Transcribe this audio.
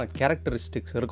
characteristics